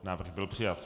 Návrh byl přijat.